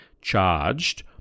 charged